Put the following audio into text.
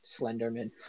Slenderman